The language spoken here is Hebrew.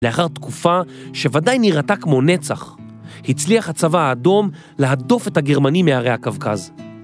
‫לאחר תקופה שוודאי נראתה כמו נצח, ‫הצליח הצבא האדום ‫להדוף את הגרמנים מהרי הקווקז.